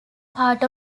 part